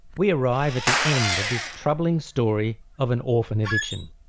we arrive at the end of this troubling story of an orphan addiction.